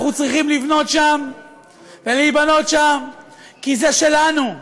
אנחנו צריכים לבנות שם ולהיבנות שם כי זה שלנו.